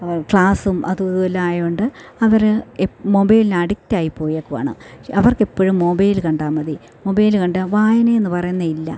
ക്ലാസ്സും അതും ഇതും എല്ലാ ആയതു കൊണ്ട് അവർ എ മൊബൈലിനഡിക്റ്റായി പോയേക്കുകയാണ് അവർക്കെപ്പോഴും മൊബൈൽ കണ്ടാൽ മതി മൊബൈൽ കണ്ടു വായനയെന്നു പറയുന്നത് ഇല്ല